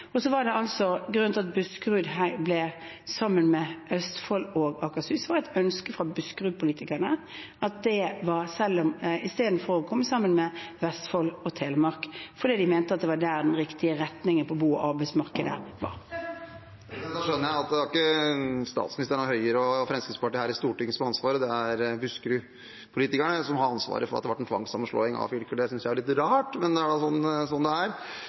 Og grunnen til at Buskerud ble sammen med Østfold og Akershus, var altså et ønske fra buskerudpolitikerne. I stedet for å komme sammen med Vestfold og Telemark, mente de at dette var den den riktige retningen for bo- og arbeidsmarkedet. Trygve Slagsvold Vedum – til oppfølgingsspørsmål. Da skjønner jeg at det ikke er statsministeren, Høyre og Fremskrittspartiet her i Stortinget som har ansvaret, det er buskerudpolitikerne som har ansvaret for at det ble en tvangssammenslåing av fylkene. Det synes jeg er litt rart, men det er vel sånn det er. Det er